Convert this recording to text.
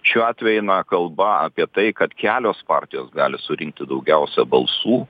šiuo atveju eina kalba apie tai kad kelios partijos gali surinkti daugiausia balsų